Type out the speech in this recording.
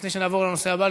לפני שנעבור לנושא הבא,